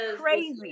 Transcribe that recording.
crazy